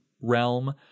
realm